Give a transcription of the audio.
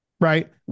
Right